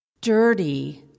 dirty